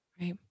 Right